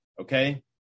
Okay